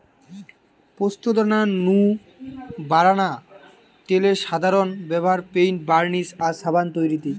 পোস্তদানা নু বারানা তেলের সাধারন ব্যভার পেইন্ট, বার্নিশ আর সাবান তৈরিরে